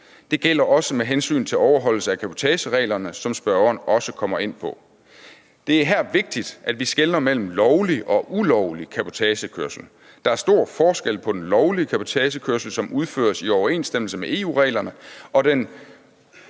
Det gælder også med hensyn til overholdelse af cabotagereglerne, som spørgeren også kommer ind på. Det er her vigtigt, at vi skelner mellem lovlig og ulovlig cabotagekørsel. Der er stor forskel på den lovlige cabotagekørsel, som udføres i overensstemmelse med EU-reglerne, og den